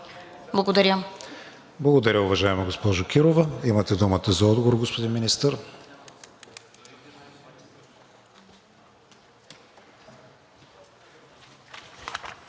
ВИГЕНИН: Благодаря, уважаема госпожо Кирова. Имате думата за отговор, господин Министър.